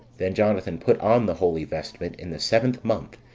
then jonathan put on the holy vestment in the seventh month,